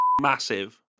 massive